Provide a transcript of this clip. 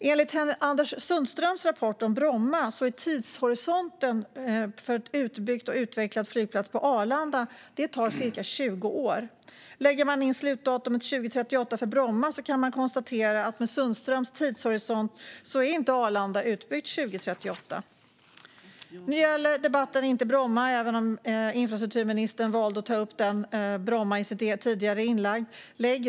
Enligt Anders Sundströms rapport om Bromma är tidshorisonten att en utbyggd och utvecklad flygplats på Arlanda tar cirka 20 år. Lägger man in slutdatumet 2038 för Bromma kan man konstatera att Arlanda med Sundströms tidshorisont inte är utbyggt till 2038. Nu gäller debatten inte Bromma, även om infrastrukturministern valde att ta upp Bromma i sitt tidigare inlägg.